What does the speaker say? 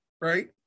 right